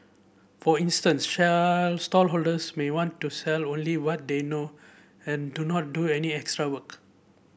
for instance shall stallholders may want to sell only what they know and do not do any extra work